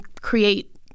create